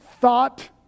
thought